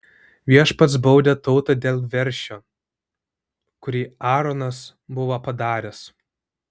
viešpats baudė tautą dėl veršio kurį aaronas buvo padaręs